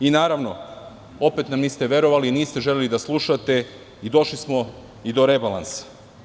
Naravno, opet nam niste verovali i niste želeli da slušate i došli smo i do rebalansa.